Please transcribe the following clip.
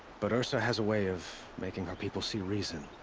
but ersa has a way of. making her people see reason.